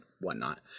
whatnot